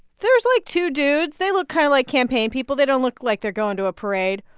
there's, like, two dudes. they look kind of like campaign people. they don't look like they're going to a parade.